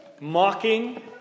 mocking